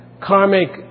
karmic